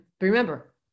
remember